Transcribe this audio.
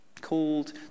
called